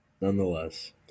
Nonetheless